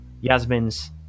Yasmin's